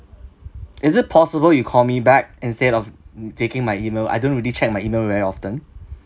is it possible you call me back instead of taking my email I don't really check my email very often